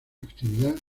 actividad